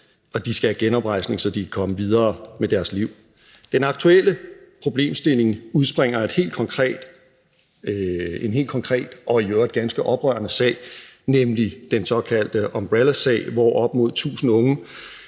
og de skal have genoprejsning, så de kan komme videre med deres liv. Den aktuelle problemstilling udspringer af en helt konkret og i øvrigt ganske oprørende sag, nemlig den såkaldte umbrellasag, hvor op mod tusind unge